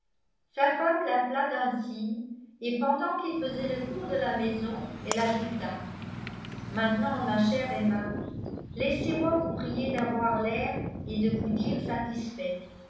sa femme l'appela d'un signe et pendant qu'il faisait le tour de la maison elle ajouta maintenant ma chère emma laissez-moi vous prier d'avoir l'air et de vous dire satisfaite